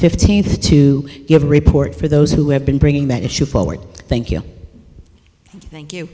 fifteenth to give a report for those who have been bringing that issue forward thank you thank you